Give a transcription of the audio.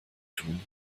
tun